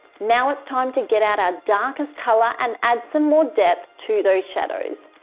now it's time to get out our darkest color, and add some more depth to those shadows.